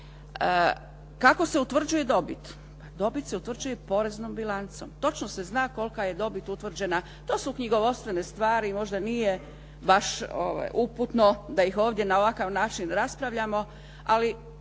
Kako se utvrđuje dobit? Dobit se utvrđuje poreznom bilancom. Točno se zna kolika je dobit utvrđena. To su knjigovodstvene stvari. Možda nije baš uputno da ih ovdje na ovakav način raspravljamo, ali